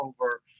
over